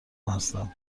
هستم